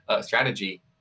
strategy